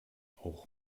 auch